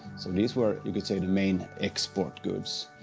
so these were, you could say, the main export goods.